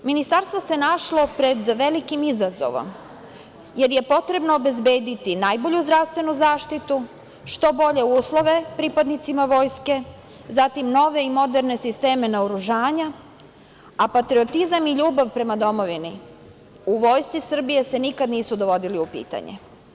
Ministarstvo se našlo pred velikim izazovom, jer je potrebno obezbediti najbolju zdravstvenu zaštitu, što bolje uslove pripadnicima vojske, zatim nove i moderne sisteme naoružanja, a patriotizam i ljubav prema domovini u Vojsci Srbije se nikada nisu dovodili u pitanje.